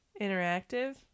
interactive